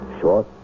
short